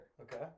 Okay